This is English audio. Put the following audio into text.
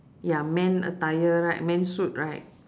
ya men attire right men suit right